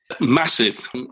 Massive